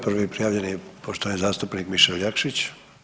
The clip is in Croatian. Prvi prijavljeni poštovani zastupnik Mišel Jakšić.